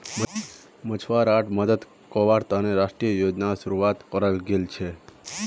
मछुवाराड मदद कावार तने राष्ट्रीय योजनार शुरुआत कराल गेल छीले